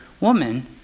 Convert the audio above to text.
Woman